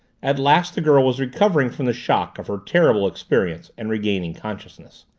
at last the girl was recovering from the shock of her terrible experience and regaining consciousness.